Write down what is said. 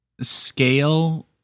Scale